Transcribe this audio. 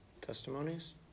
testimonies